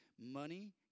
Money